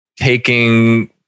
taking